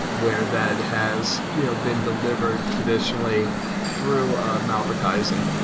where that has you know been delivered traditionally through a malvertising.